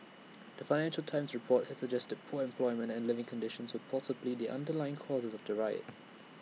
the financial times report had suggested poor employment and living conditions were possibly the underlying causes of the riot